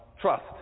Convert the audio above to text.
trust